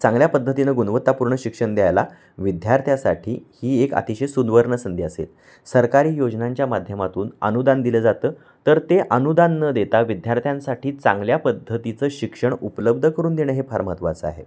चांगल्या पद्धतीनं गुणवत्तापूर्ण शिक्षण द्यायला विद्यार्थ्यासाठी ही एक अतिशय सुवर्ण संधी असेल सरकारी योजनांच्या माध्यमातून अनुदान दिलं जातं तर ते अनुदान न देता विद्यार्थ्यांसाठी चांगल्या पद्धतीचं शिक्षण उपलब्ध करून देणं हे फार महत्त्वाचं आहे